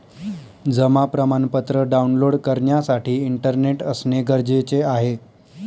जमा प्रमाणपत्र डाऊनलोड करण्यासाठी इंटरनेट असणे गरजेचे आहे